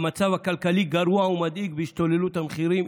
המצב הכלכלי גרוע ומדאיג בהשתוללות המחירים,